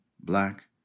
black